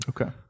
Okay